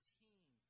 team